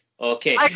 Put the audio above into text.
Okay